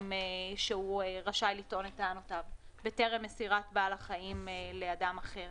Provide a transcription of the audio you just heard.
שהוא רשאי לטעון את טענותיו בטרם מסירת בעל החיים לאדם אחר.